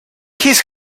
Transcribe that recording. his